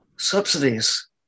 subsidies